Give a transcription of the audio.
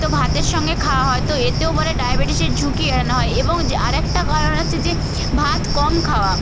তো ভাতের সঙ্গে খাওয়া হয় তো এতেও বলে ডায়াবেটিসের ঝুঁকি এড়ানো হয় এবং যে আর একটা কারণ হচ্ছে যে ভাত কম খাওয়া